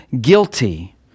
guilty